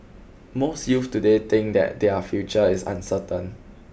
most youths today think that their future is uncertain